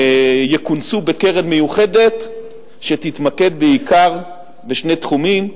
יכונסו בקרן מיוחדת שתתמקד בעיקר בשני תחומים: